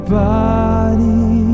body